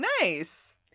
Nice